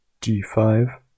d5